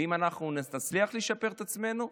ואם אנחנו נצליח לשפר את עצמנו,